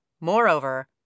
Moreover